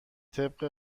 طبق